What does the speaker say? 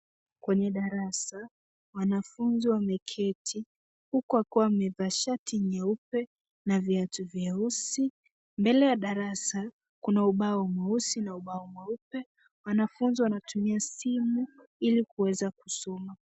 Kwenye darasa, wanafunzi wameketi huku wakiwa wamevaa shati nyeupe na viatu vyeusi. Mbele ya darasa, kuna ubao mweusi na ubao mweupe. Wanafunzi wanatumia simu ili kuweza kusoma.